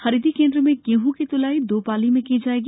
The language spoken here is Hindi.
खरीदी केन्द्र में गेहूँ की तुलाई दो पाली में की जाएगी